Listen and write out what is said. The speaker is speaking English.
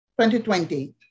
2020